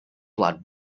blood